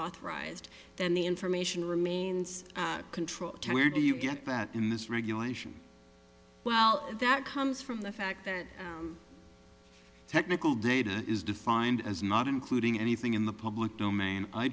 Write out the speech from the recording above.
authorized then the information remains control where do you get that in this regulation well that comes from the fact that technical data is defined as not including anything in the public domain i